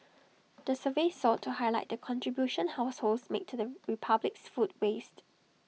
the survey sought to highlight the contribution households make to the republic's food waste